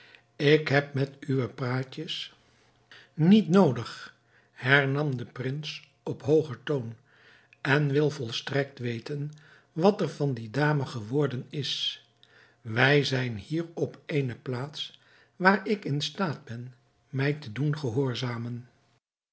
ik heb met uwe praatjes niet noodig hernam de prins op hoogen toon en wil volstrekt weten wat er van die dame geworden is wij zijn hier op eene plaats waar ik in staat ben mij te doen gehoorzamen